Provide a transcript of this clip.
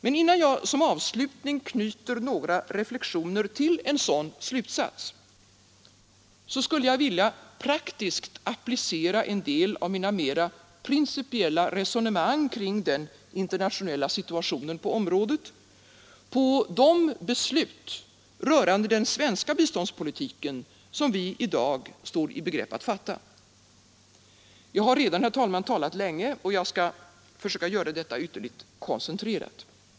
Men innan jag som avslutning knyter några reflexioner till en sådan slutsats, skulle jag vilja praktiskt applicera en del av mina mer principiella resonemang kring den internationella situationen på området på de beslut rörande den svenska biståndspolitiken som vi i dag står i begrepp att fatta. Jag har redan talat länge och skall försöka göra detta ytterst koncentrerat.